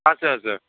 असं असं